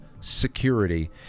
security